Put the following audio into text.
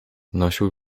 nosił